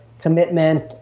commitment